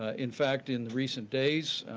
ah in fact, in recent days,